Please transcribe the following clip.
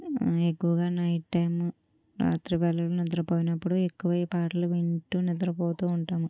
ఎక్కువగా night time రాత్రి వేళల్లో నిద్రపోయినప్పుడు ఎక్కువ ఈ పాటలు వింటూ నిద్రపోతూ ఉంటాము